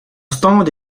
stand